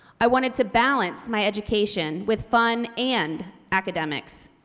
i wanted to balance my education with fun and academics.